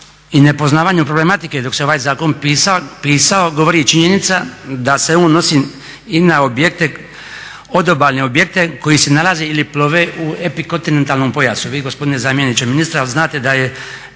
i nepoznavanju problematike dok se ovaj zakon pisao govori i činjenica da se on odnosi i na objekte odobalne koji se nalaze ili plove u epikontinentalnom pojasu. Vi gospodine zamjeniče ministra znate da u